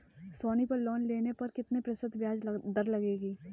सोनी पर लोन लेने पर कितने प्रतिशत ब्याज दर लगेगी?